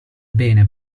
bene